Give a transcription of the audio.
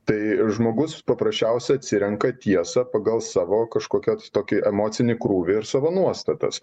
tai žmogus paprasčiausia atsirenka tiesą pagal savo kažkokias tokį emocinį krūvį ir savo nuostatas